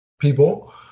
people